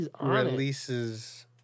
releases